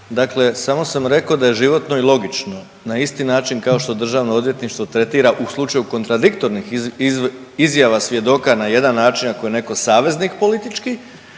dakle samo sam rekao da je životno i logično na isti način kao što Državno odvjetništvo tretira u slučaju kontradiktornih izjava svjedoka na jedan način ako je netko saveznik politički,